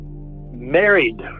married